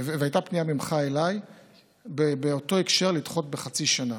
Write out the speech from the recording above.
אתה ביקשת ממני דחייה של חצי שנה,